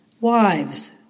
Wives